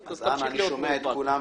אז תמשיך להיות מאופק.